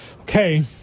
okay